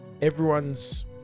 everyone's